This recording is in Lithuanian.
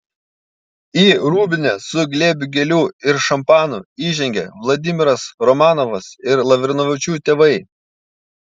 į rūbinę su glėbiu gėlių ir šampanu įžengė vladimiras romanovas ir lavrinovičių tėvai